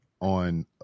on